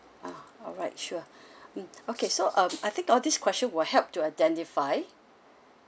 ah alright sure mm okay so um I think all this question will help to identify